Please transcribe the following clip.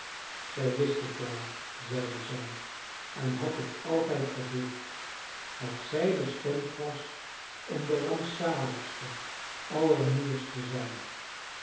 zij wist het wel zeide zij en had het altijd gevoeld dat zij bestemd was om de rampzaligste aller moeders te zijn